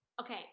okay